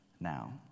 Now